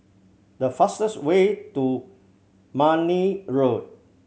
the fastest way to Marne Road